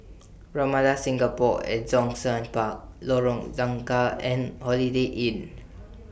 Ramada Singapore At Zhongshan Park Lorong Nangka and Holiday Inn